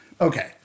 okay